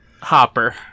Hopper